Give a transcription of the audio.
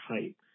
height